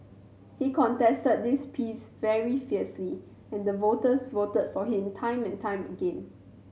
he contested this piece very fiercely and the voters voted for him time and time again